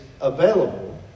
available